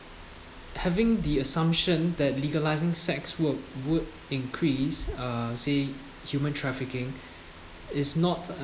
having the assumption that legalizing sex work would increase uh say human trafficking is not